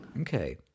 Okay